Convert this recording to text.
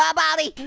ah baldi!